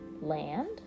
land